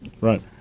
Right